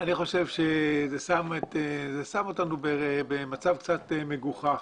אני חושב שזה שם אותנו במצב קצת מגוחך.